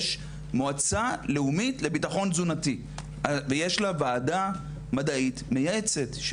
יש מועצה לאומית לביטחון תזונתי ויש לה וועדה מדעית מייעצת,